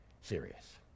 serious